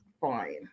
fine